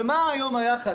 ומה היום היחס,